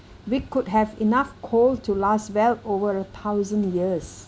we could have enough coal to last well over a thousand years